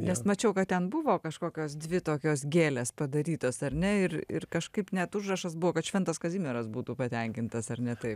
nes mačiau kad ten buvo kažkokios dvi tokios gėlės padarytos ar ne ir ir kažkaip net užrašas buvo kad šventas kazimieras būtų patenkintas ar ne taip